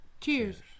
Cheers